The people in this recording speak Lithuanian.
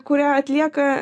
kurią atlieka